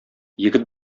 егет